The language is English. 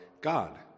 God